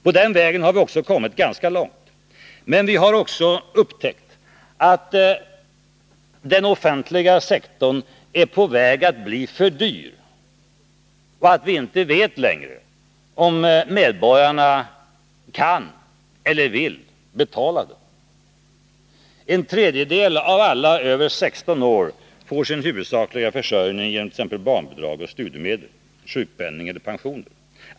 På den vägen har vi kommit ganska långt. Men vi har också upptäckt att den offentliga sektorn är på väg att bli för dyr, och vi vet inte längre om medborgarna kan eller vill betala den. En tredjedel av alla över 16 år får sin huvudsakliga försörjning genom t.ex. barnbidrag, studiemedel, sjukpenning eller pensioner.